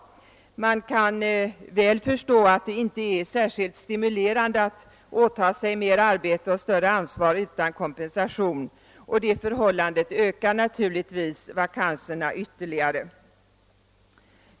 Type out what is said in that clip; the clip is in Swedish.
Man kan väl förstå att det inte är särskilt stimulerande att åtaga sig merarbete och större an svar utan kompensation. Detta förhållande ökar naturligtvis vakanserna ylterligare.